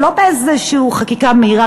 ולא באיזה חקיקה מהירה,